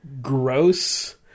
gross